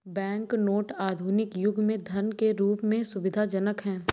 bank note आधुनिक युग में धन के रूप में सुविधाजनक हैं